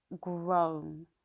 grown